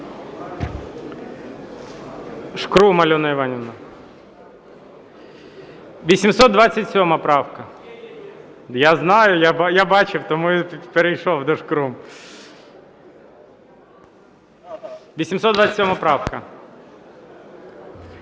Шкрум Альона Іванівна. 827 правка. Я знаю, я бачив, тому я перейшов до Шкрум. 827 правка.